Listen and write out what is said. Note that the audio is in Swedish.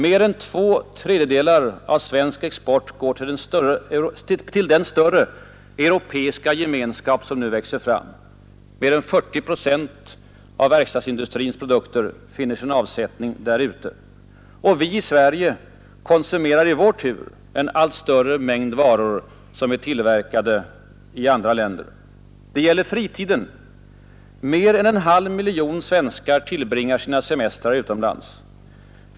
Mer än två tredjedelar av svensk export går till den större europeiska gemenskap som nu växer fram. Mer än 40 procent av verkstadsindustrins produkter finner sin avsättning där ute. Vi i Sverige konsumerar i vår tur en allt större mängd varor som är tillverkade i västeuropeiska länder. Det gäller fritiden. Mer än en halv miljon svenskar tillbringar sina semestrar utomlands.